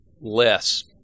less